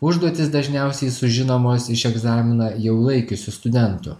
užduotys dažniausiai sužinomos iš egzaminą jau laikiusių studentų